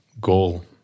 goal